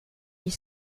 huit